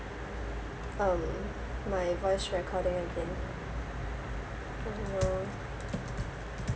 um my voice recording again uh